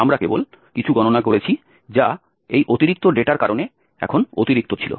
আমরা কেবল কিছু গণনা করেছি যা এই অতিরিক্ত ডেটার কারণে এখন অতিরিক্ত ছিল